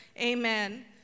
Amen